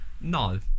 No